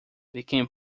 became